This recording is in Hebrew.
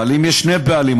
אבל אם יש שני בעלים,